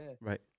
right